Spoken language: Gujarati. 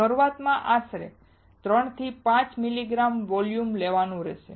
શરૂઆતમાં આશરે 3 થી 5 મિલીગ્રામ વોલ્યુમ લેવાનું રહેશે